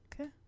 Okay